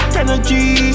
energy